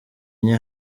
enye